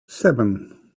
seven